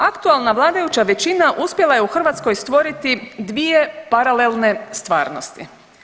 Aktualna vladajuća većina uspjela je u Hrvatskoj stvoriti dvije paralelne stvarnosti.